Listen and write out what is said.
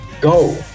go